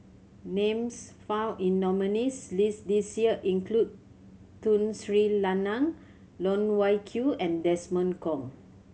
names found in nominees' list this year include Tun Sri Lanang Loh Wai Kiew and Desmond Kon